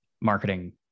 marketing